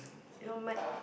your mic